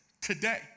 today